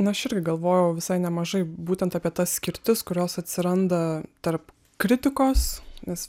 nu aš irgi galvojau visai nemažai būtent apie tas skirtis kurios atsiranda tarp kritikos nes